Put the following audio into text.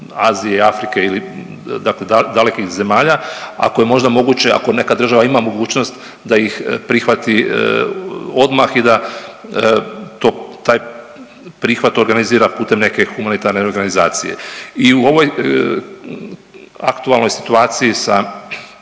Azije, Afrike ili dakle dalekih zemalja ako je možda moguće, ako neka država ima mogućnost da ih prihvati odmah i da to, taj prihvat organizira putem neke humanitarne organizacije. I u ovoj aktualnoj situaciji sa